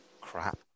crap